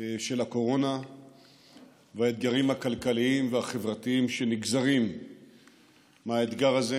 של הקורונה והאתגרים הכלכליים והחברתיים שנגזרים מהאתגר הזה.